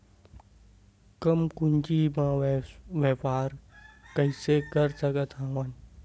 कम पूंजी म व्यापार कइसे कर सकत हव?